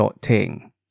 ting